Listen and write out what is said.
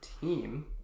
team